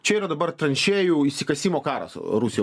čia yra dabar tranšėjų įsikasimo karas rusija